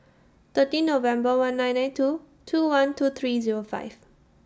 thirteen November one nine nine two two one two three Zero five